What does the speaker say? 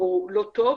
או לא טוב